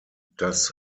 das